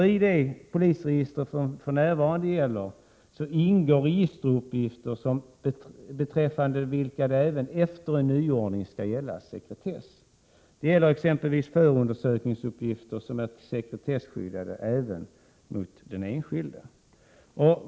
I det polisregister som nu gäller ingår registeruppgifter beträffande vilka det även efter en nyordning skall gälla sekretess. Det gäller exempelvis förundersökningsuppgifter som är sekretesskyddade även mot den enskilde.